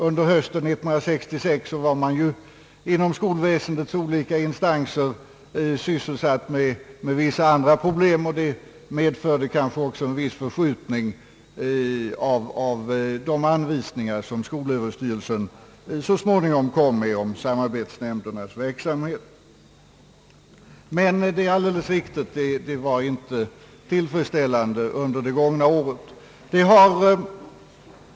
Under hösten 1966 var man inom skolväsendets olika instanser sysselsatt med vissa andra problem, vilket kanske medförde en viss förskjutning av de anvisningar som skolöverstyrelsen så småningom lade fram i fråga om samarbetsnämndernas verksamhet. Det är alldeles riktigt, det var inte tillfredsställande under det gångna året.